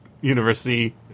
university